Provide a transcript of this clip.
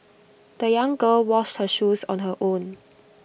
the young girl washed her shoes on her own